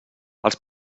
els